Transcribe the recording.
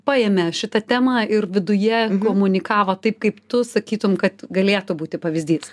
paėmė šitą temą ir viduje komunikavo taip kaip tu sakytum kad galėtų būti pavyzdys